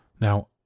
Now